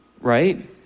right